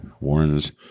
warren's